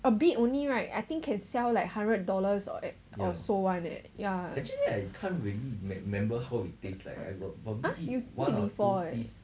a bit only right I think can sell like hundred dollars or at a so one leh ya !huh! you eat before eh